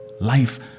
Life